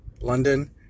London